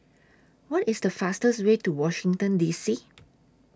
What IS The fastest Way to Washington D C